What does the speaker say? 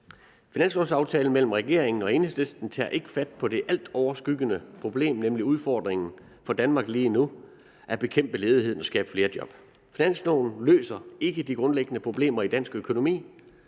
Finanslovaftalen mellem regeringen og Enhedslisten tager ikke fat på det altoverskyggende problem, nemlig udfordringen for Danmark lige nu med at bekæmpe ledigheden og skabe flere job. Finansloven løser ikke de grundlæggende problemer i dansk økonomi.